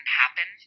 happen